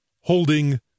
holding